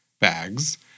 bags